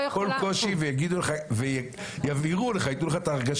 להתמודד עם כל הנושא של דיגיטציה ושל מערכות